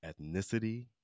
ethnicity